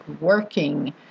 working